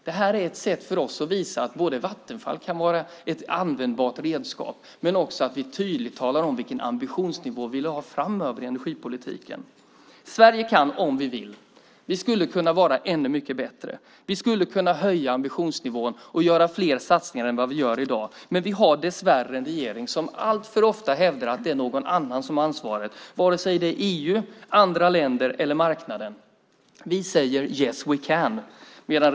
Det är ett sätt för oss att visa att Vattenfall kan vara ett användbart redskap. Vi talar också tydligt om vilken ambitionsnivå vi vill ha framöver i energipolitiken. I Sverige kan vi om vi vill. Vi skulle kunna vara ännu mycket bättre. Vi skulle kunna höja ambitionsnivån och göra fler satsningar än vad vi gör i dag, men vi har dessvärre en regering som alltför ofta hävdar att det är någon annan som har ansvaret, vare sig det är EU, andra länder eller marknaden. Vi säger: Yes, we can.